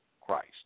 Christ